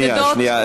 שנייה, שנייה.